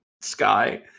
sky